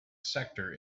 sector